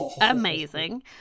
amazing